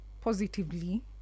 positively